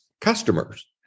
customers